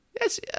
Yes